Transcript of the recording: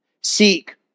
Seek